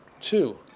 Two